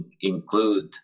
include